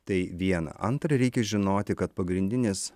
tai viena antra reikia žinoti kad pagrindinis